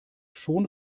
schon